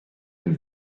dem